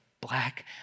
black